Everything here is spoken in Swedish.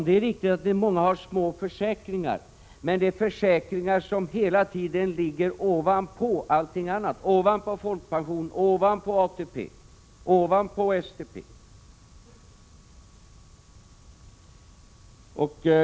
Det är riktigt att många människor har låga försäkringar, men det är försäkringar som ligger ovanpå allt annat — folkpension, ATP, SPP.